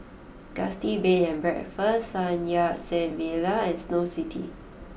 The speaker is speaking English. Gusti Bed and Breakfast Sun Yat Sen Villa and Snow City